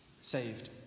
saved